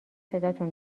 صداتون